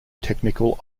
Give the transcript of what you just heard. technical